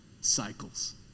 Cycles